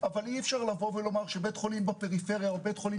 אבל אי אפשר לומר שבית חולים בפריפריה או בית חולים